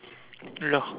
ya